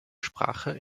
sprache